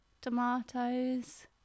tomatoes